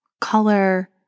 color